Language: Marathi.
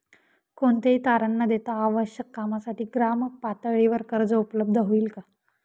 कोणतेही तारण न देता आवश्यक कामासाठी ग्रामपातळीवर कर्ज उपलब्ध होईल का?